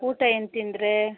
ಊಟ ಏನು ತಿಂದರೆ